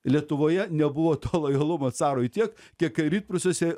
lietuvoje nebuvo to lojalumo carui tiek kiek rytprūsiuose